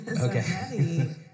Okay